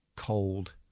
cold